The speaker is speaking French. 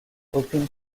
aucune